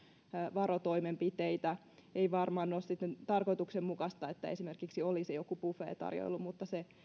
varotoimenpiteitä ei varmaan ole tarkoituksenmukaista että olisi esimerkiksi joku buffettarjoilu mutta se